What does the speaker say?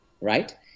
right